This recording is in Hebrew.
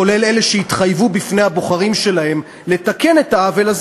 כולל אלה שהתחייבו בפני הבוחרים שלהן לתקן את העוול הזה,